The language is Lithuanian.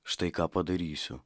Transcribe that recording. štai ką padarysiu